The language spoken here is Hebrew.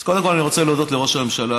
אז קודם כול אני רוצה להודות לראש הממשלה,